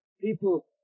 people